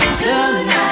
tonight